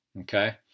Okay